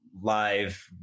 live